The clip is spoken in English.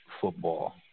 football